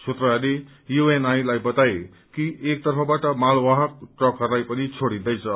सूत्रहरूले यूएनआई लाई बताए कि एकतर्फबाट मालवाहक ट्रकहरूलाई पनि छोड़िन्दैछ